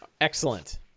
Excellent